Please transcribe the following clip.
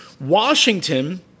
Washington